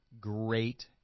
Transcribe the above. Great